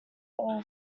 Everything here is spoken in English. all